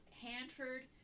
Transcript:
Hanford